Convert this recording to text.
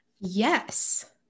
Yes